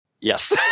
Yes